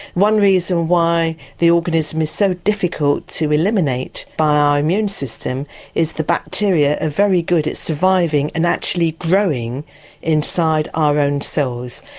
one reason why the organism is so difficult to eliminate by our immune system is the bacteria are very good at surviving and actually growing inside our own cells.